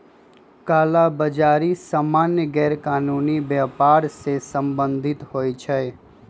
कला बजारि सामान्य गैरकानूनी व्यापर से सम्बंधित होइ छइ